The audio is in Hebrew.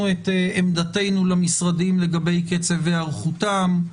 את עמדתנו למשרדים לגבי קצב היערכותם,